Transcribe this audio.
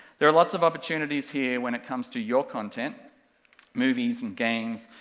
there are lots of opportunities here when it comes to your content movies and games,